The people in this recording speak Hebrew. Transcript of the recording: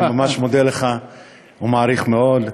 אני ממש מודה לך ומעריך מאוד.